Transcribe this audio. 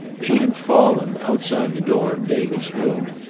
she had fallen outside the door of david's room,